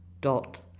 dot